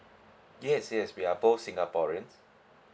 yes yes we are both singaporeans